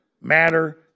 matter